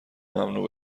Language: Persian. ممنوع